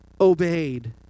obeyed